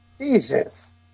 Jesus